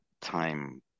time